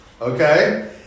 Okay